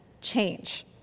change